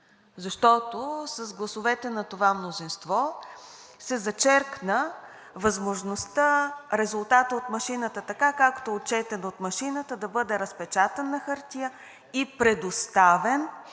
защото с гласовете на това мнозинство, се зачеркна възможността резултатът от машината така, както е отчетен от машината да бъде разпечатан на хартия и предоставен